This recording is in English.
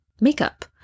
makeup